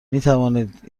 میتوانید